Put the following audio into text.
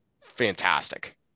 fantastic